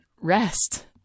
rest